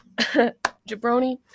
Jabroni